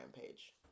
page